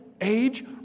age